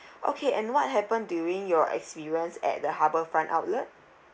okay and what happened during your experience at the harbour front outlet